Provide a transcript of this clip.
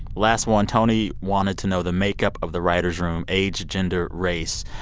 last one toni wanted to know the makeup of the writers room age, gender, race.